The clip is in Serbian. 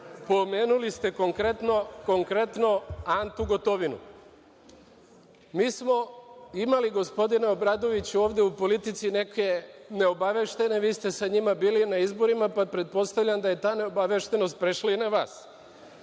Pomenuli ste konkretno Antu Gotovinu. Mi smo imali, gospodine Obradoviću, ovde u politici neke neobaveštene, vi ste sa njima bili na izborima, pa pretpostavljam da je ta neobaveštenost prešla i na